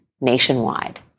nationwide